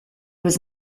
was